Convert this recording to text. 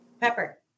Pepper